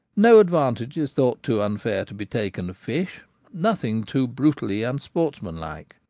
no advantage is thought too unfair to be taken of fish nothing too brutally unsportsmanlike.